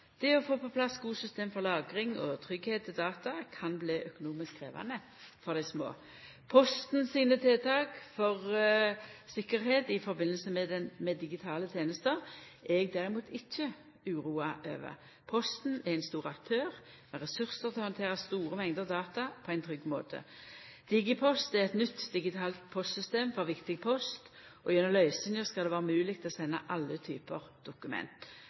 Det å få på plass gode system for lagring og tryggleik for data kan bli økonomisk krevjande for dei små. Posten sine tiltak for tryggleik i samband med digitale tenester er eg derimot ikkje uroa over. Posten er ein stor aktør med ressursar til å handtera store mengder data på ein trygg måte. Digipost er eit nytt digitalt postsystem for viktig post, og gjennom løysinga skal det være mogleg å senda alle typar dokument.